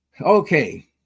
Okay